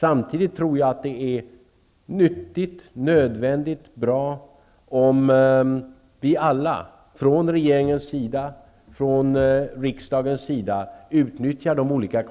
Samtidigt tror jag det är nyttigt och nödvändigt och bra om vi alla, från regeringen och riksdagen, utnyttjar de olika